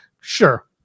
Sure